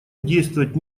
действовать